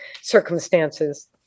circumstances